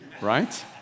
Right